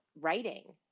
writing